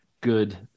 Good